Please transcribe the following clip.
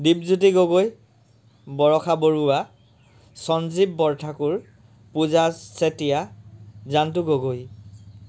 Dipjyoti Gogoi Barsha Baruah Sanjeev Borthakur Puja Chetia Janto Gogoi